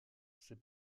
c’est